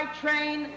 train